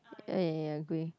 oh ya ya grey